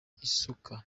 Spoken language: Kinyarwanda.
isuka